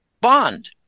bond